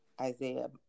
Isaiah